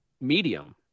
medium